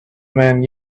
man